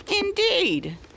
Indeed